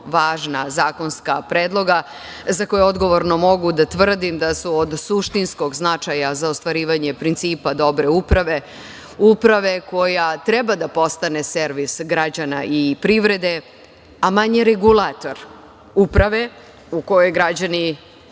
važna zakonska predloga, za koje odgovorno mogu da tvrdim da su od suštinskog značaja za ostvarivanje principa dobre uprave, uprave koja treba da postane servis građana i privrede, a manje regulator, uprave u koju građani